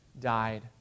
died